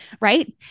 right